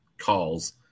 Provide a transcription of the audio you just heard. calls